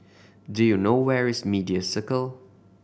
do you know where is Media Circle